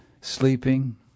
sleeping